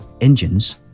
engines